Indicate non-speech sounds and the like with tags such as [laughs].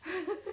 [laughs]